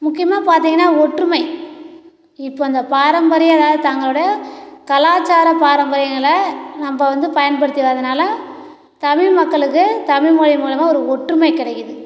முக்கியமாக பார்த்தீங்ன்னா ஒற்றுமை இப்போ இந்த பாரம்பரியம் தங்களுடய கலாச்சார பாரம்பரியங்களை நம்ம வந்து பயன்படுத்தி வரதுனால் தமிழ் மக்களுக்கு தமிழ் மொழி மூலமாக ஒரு ஒற்றுமை கிடைக்குது